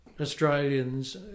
Australians